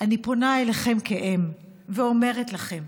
אני פונה אליכם כאם ואומרת לכם: